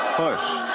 push,